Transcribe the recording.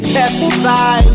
Testify